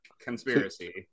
conspiracy